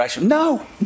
No